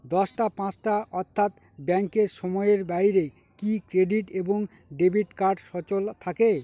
দশটা পাঁচটা অর্থ্যাত ব্যাংকের সময়ের বাইরে কি ক্রেডিট এবং ডেবিট কার্ড সচল থাকে?